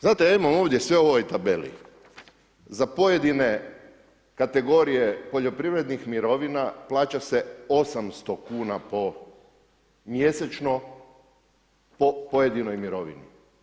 Znate ja imam ovdje sve u ovoj tabeli za pojedine kategorije poljoprivrednih mirovina plaća se 800 kuna po mjesečno po pojedinoj mirovini.